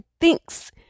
thinks